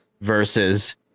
versus